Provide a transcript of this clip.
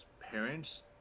parents